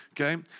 Okay